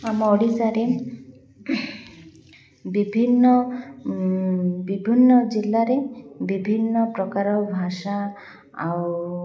ଆମ ଓଡ଼ିଶାରେ ବିଭିନ୍ନ ବିଭିନ୍ନ ଜିଲ୍ଲାରେ ବିଭିନ୍ନ ପ୍ରକାର ଭାଷା ଆଉ